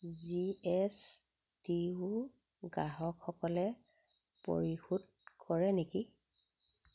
G S T ও গ্ৰাহকসকলে পৰিশোধ কৰে নেকি